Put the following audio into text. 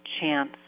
chance